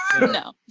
No